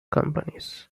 companies